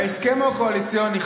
בהסכם הקואליציוני,